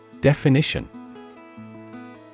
Definition